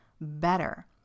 better